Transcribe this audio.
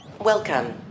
Welcome